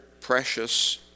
precious